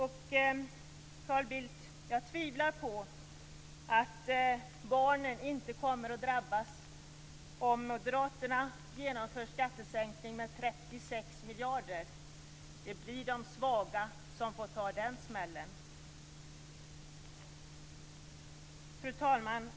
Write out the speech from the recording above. Carl Bildt, jag tvivlar på att barnen inte kommer att drabbas om moderaterna genomför en skattesänkning med 36 miljarder. Det blir de svaga som får ta den smällen. Fru talman!